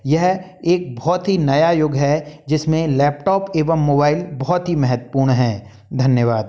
यह एक बहुत ही नया युग है जिसमें लैपटॉप एवं मोबाईल बहुत ही महत्वपूर्ण हैं धन्यवाद